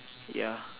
ya